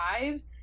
lives